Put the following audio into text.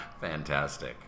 Fantastic